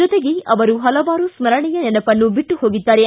ಜೊತೆಗೆ ಅವರು ಹಲವಾರು ಸ್ಥರಣೀಯ ನೆನಪನ್ನು ಬಿಟ್ಟು ಹೋಗಿದ್ದಾರೆ